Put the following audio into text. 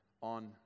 on